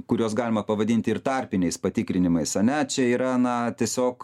kuriuos galima pavadinti ir tarpiniais patikrinimais ane čia yra na tiesiog